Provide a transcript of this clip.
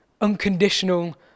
unconditional